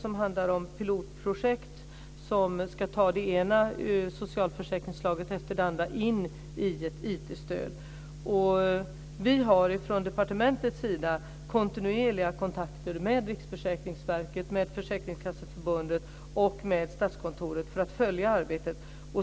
Det handlar om pilotprojekt som ska ta det ena socialförsäkringsslaget efter det andra in i ett IT-stöd. Vi har från departementets sida kontinuerliga kontakter med Riksförsäkringsverket, Försäkringskasseförbundet och Statskontoret för att följa arbetet.